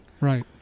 right